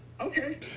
Okay